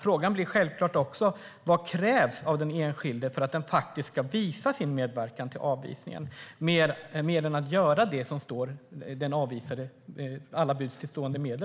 Frågan blir självklart också: Vad krävs av den enskilde som ska avvisas för att den personen ska anses visa sin medverkan till avvisningen? Man kan ju inte använda mer än alla till buds stående medel.